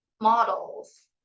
models